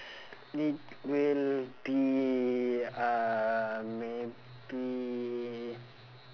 it will be uh maybe